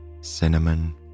cinnamon